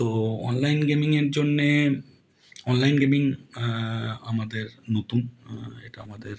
তো অনলাইন গেমিংয়ের জন্যে অনলাইন গেমিং আমাদের নতুন এটা আমাদের